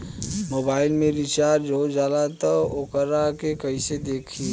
Mobile में recharge हो जाला त वोकरा के कइसे देखी?